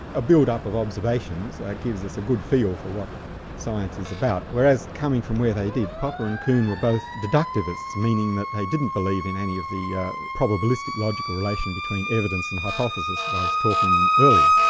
a build-up of observations gives us a good feel for what science is about. whereas coming from where they they popper and kuhn were both deductivists, meaning that they didn't believe in any of the yeah probalistic logic relation between evidence and hypothesis that i was talking earlier.